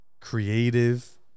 creative